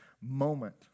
moment